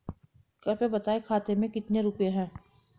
कृपया बताएं खाते में कितने रुपए हैं?